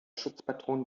schutzpatron